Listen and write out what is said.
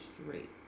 straight